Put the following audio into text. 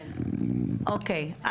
אוקיי.